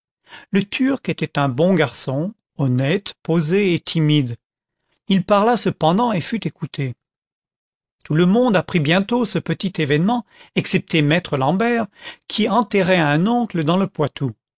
affaires leturc était un bon garçon honnête posé et timide il parla cependant et fut écouté tout le monde apprit bientôt ce petit événement excepté maître l'ambert qui enterrait un oncle dans le poitou